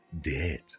dead